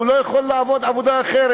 והוא לא יכול לעבוד בעבודה אחרת.